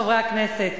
חברי הכנסת,